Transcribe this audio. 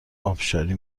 ابشاری